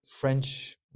French